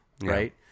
right